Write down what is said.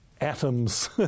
atoms